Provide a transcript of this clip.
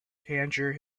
tangier